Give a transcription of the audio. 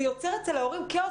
זה יוצר אצל ההורים כאוס.